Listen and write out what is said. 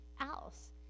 else